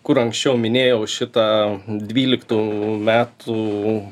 kur anksčiau minėjau šitą dvyliktų metų